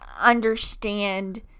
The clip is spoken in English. understand